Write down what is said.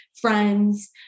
friends